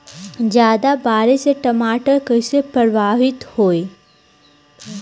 ज्यादा बारिस से टमाटर कइसे प्रभावित होयी?